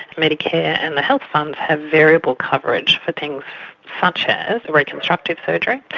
medicare and the health funds have variable coverage for things such as reconstructive surgery.